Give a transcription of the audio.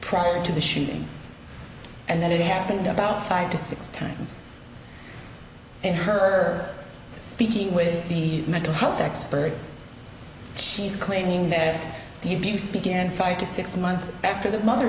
prior to the shooting and then it happened about five to six times and her speaking with the mental health expert she's claiming that the abuse began five to six months after the mother